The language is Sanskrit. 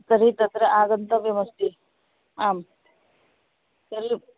तर्हि तत्र आगन्तव्यमस्ति आं खलु